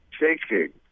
taking